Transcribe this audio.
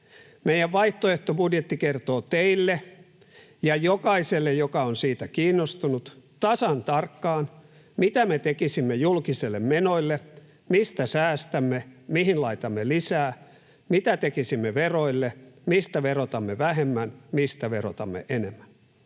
Meidän vaihtoehtobudjettimme kertoo teille ja jokaiselle, joka on siitä kiinnostunut, tasan tarkkaan, mitä me tekisimme julkisille menoille, mistä säästämme, mihin laitamme lisää, mitä tekisimme veroille, mistä verotamme vähemmän, mistä verotamme enemmän.